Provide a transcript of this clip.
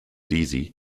deasy